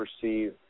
perceive